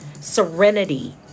serenity